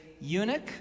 eunuch